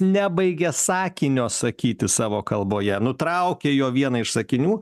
nebaigė sakinio sakyti savo kalboje nutraukė jo vieną iš sakinių